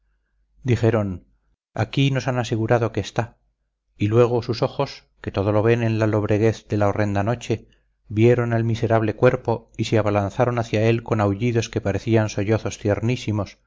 dijeron dijeron aquí nos han asegurado que está y luego sus ojos que todo lo ven en la lobreguez de la horrenda noche vieron el miserable cuerpo y se abalanzaron hacia él con aullidos que parecían sollozos tiernísimos